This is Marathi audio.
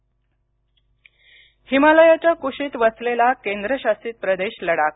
लडाख हिमालयाच्या कुशीत वसलेला केंद्रशासित प्रदेश लडाख